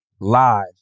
live